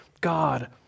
God